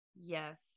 Yes